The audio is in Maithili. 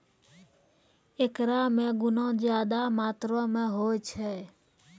एकरा मे गुना ज्यादा मात्रा मे होय छै